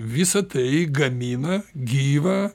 visa tai gamina gyvą